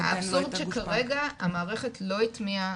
כרגע המערכת לא הטמיעה,